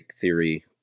theory